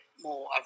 more